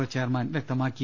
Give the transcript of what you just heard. O chairman വൃക്തമാ ക്കി